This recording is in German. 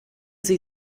sie